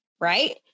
right